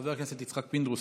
חבר הכנסת יצחק פינדרוס,